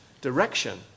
direction